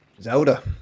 Zelda